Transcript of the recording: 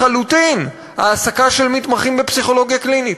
לחלוטין, העסקה של מתמחים בפסיכולוגיה קלינית.